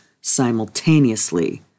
simultaneously